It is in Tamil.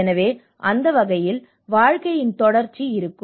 எனவே அந்த வகையில் வாழ்க்கையின் தொடர்ச்சி இருக்கும்